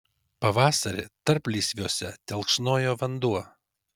pavasarį tarplysviuose telkšnojo vanduo